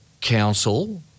council